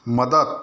मदत